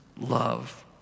love